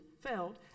felt